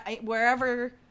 wherever